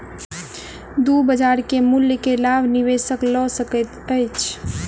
दू बजार के मूल्य के लाभ निवेशक लय सकैत अछि